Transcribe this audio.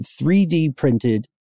3D-printed